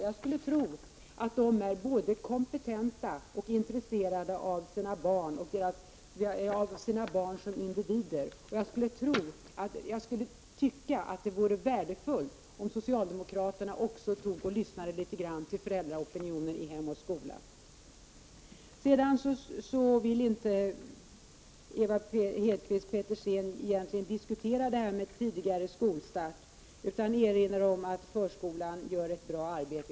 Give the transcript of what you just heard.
Jag skulle tro att de är både kompetenta och intresserade av sina barn som individer. Jag skulle tycka att det vore värdefullt om socialdemokraterna också tog och lyssnade litet till föräldraopinionen i Hem och Skola. Ewa Hedkvist Petersen vill egentligen inte diskutera detta med tidigare skolstart, utan erinrar om att förskolan gör ett bra arbete.